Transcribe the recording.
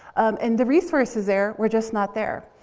and the resources there were just not there.